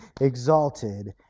exalted